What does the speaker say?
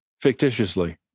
fictitiously